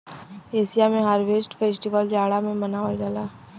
Asia में harvest festival जाड़ा में मनावल जाला